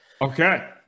Okay